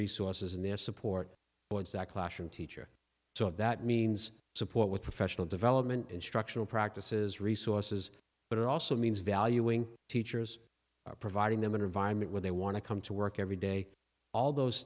resources and their support ones that classroom teacher so that means support with professional development instructional practices resources but it also means valuing teachers providing them an environment where they want to come to work every day all those